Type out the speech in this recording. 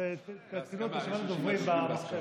אז תעדכנו את רשימת הדוברים במחשב.